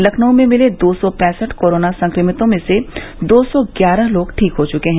लखनऊ में मिले दो सौ पैंसठ कोरोना संक्रमितों में से दो सौ ग्यारह लोग ठीक हो चुके हैं